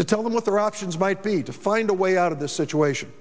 to tell them what their options might be to find a way out of this situation